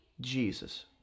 Jesus